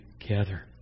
together